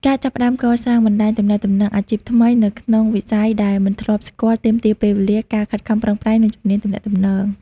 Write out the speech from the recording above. ការចាប់ផ្តើមកសាងបណ្តាញទំនាក់ទំនងអាជីពថ្មីនៅក្នុងវិស័យដែលមិនធ្លាប់ស្គាល់ទាមទារពេលវេលា ការខិតខំប្រឹងប្រែង និងជំនាញទំនាក់ទំនង។